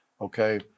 Okay